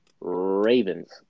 Ravens